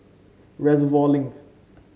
Reservoir Link